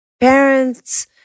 parents